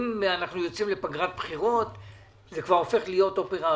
אם אנחנו יוצאים לפגרת בחירות זה כבר הופך להיות אופרה אחרת.